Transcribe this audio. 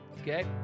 Okay